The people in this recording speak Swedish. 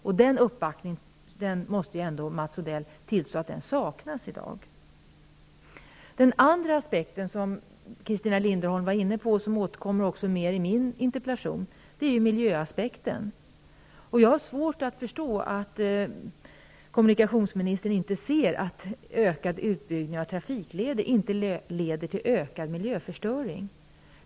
Mats Odell måste tillstå att den uppbackningen i dag saknas. Den andra aspekten som Christina Linderholm var inne på och som även återkommer i min interpellation är miljöaspekten. Jag har svårt att förstå att kommunikationsministern inte ser att ökad utbyggnad av trafikleder leder till ökad miljöförstöring.